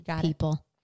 people